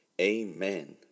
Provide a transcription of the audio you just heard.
Amen